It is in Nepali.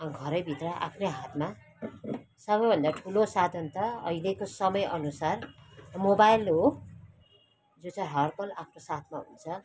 घरैभित्र आफ्नै हातमा सबैभन्दा ठुलो साधन त अहिलेको समय अनुसार मोबाइल हो जो चाहिँ हरपल आफ्नो साथमा हुन्छ